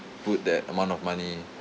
put that amount of money